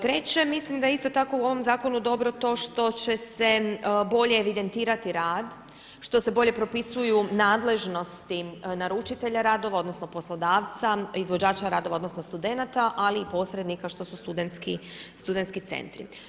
Treće, mislim da je isto tako u ovom zakonu dobro to što će se bolje evidentirati rad što se bolje propisuju nadležnosti naručitelja radova odnosno poslodavca, izvođača radova odnosno studenata, ali i posrednika što su studentski centri.